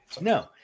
No